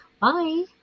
Bye